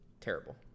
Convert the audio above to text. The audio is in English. Terrible